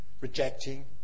rejecting